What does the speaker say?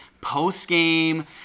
post-game